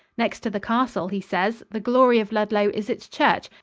next to the castle, he says, the glory of ludlow is its church,